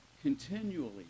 continually